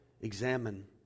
Examine